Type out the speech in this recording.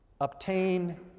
obtain